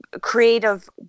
creative